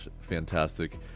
fantastic